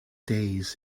days